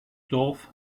dorf